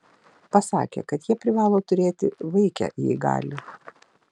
pasakė kad jie privalo turėti vaikę jei gali